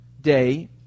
day